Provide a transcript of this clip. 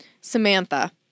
Samantha